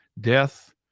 Death